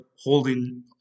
holding